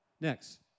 Next